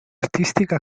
artistica